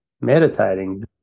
meditating